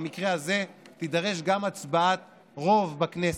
במקרה הזה תידרש גם הצבעת רוב בכנסת.